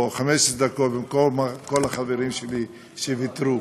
15 דקות במקום כל החברים שלי שוויתרו.